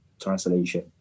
translation